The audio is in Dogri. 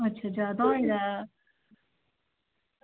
अच्छा जादै होये दा